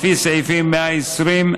לפי סעיפים 120(4)